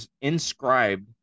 inscribed